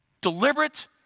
deliberate